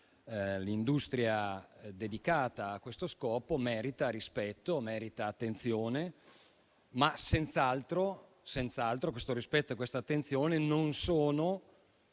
l'industria dedicata a questo scopo merita rispetto e attenzione; ma senz'altro questo rispetto e questa attenzione non devono